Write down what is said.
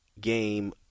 game